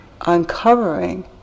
uncovering